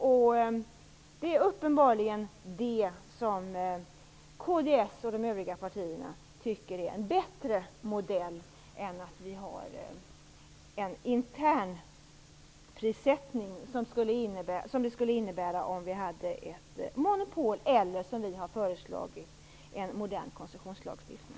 Detta finner uppenbarligen kds och de övriga partierna vara en bättre modell än den internprissättning som skulle tillämpas vid ett monopol eller, som vi har föreslagit, en modern koncessionslagstiftning.